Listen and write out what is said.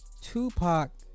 Tupac